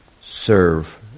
serve